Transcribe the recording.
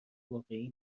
واقعی